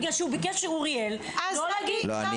בגלל שביקש אוריאל לא להגיד --- לא,